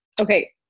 okay